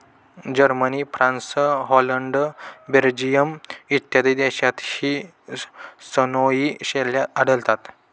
Germany, France, Holland, Belgium इत्यादी देशांतही सनोई शेळ्या आढळतात